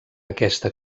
aquesta